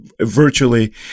virtually